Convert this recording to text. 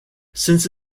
since